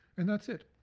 and that's it.